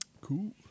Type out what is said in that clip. Cool